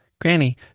Granny